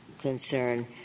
concern